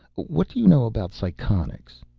what do you know about psychonics?